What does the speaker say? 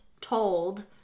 told